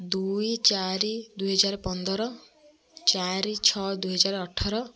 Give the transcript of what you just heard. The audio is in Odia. ଦୁଇ ଚାରି ଦୁଇ ହଜାର ପନ୍ଦର ଚାରି ଛଅ ଦୁଇ ହଜାର ଅଠର